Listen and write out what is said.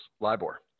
LIBOR